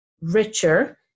richer